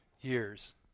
years